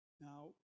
Now